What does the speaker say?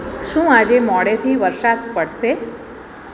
શું આજે મોડેથી વરસાદ પડશે